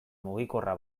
mugikorra